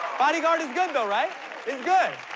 bodyguard is good though, right? it's good.